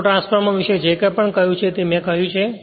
ઓટોટ્રાન્સફોર્મરવિષે જે કઈ પણ કહ્યું છે તે મે કહ્યું પણ છે